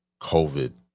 COVID